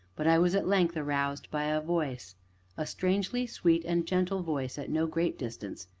but i was at length aroused by a voice a strangely sweet and gentle voice at no great distance,